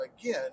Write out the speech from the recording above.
again